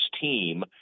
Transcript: team